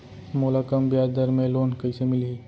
मोला कम ब्याजदर में लोन कइसे मिलही?